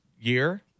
year